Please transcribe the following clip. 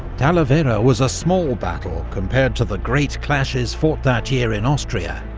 talavera was a small battle compared to the great clashes fought that year in austria.